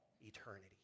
eternity